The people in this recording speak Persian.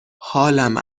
حالم